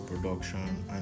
production